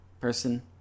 person